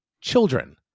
children